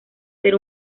ser